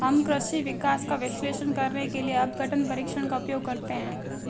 हम कृषि विकास का विश्लेषण करने के लिए अपघटन परीक्षण का उपयोग करते हैं